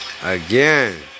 Again